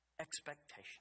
expectation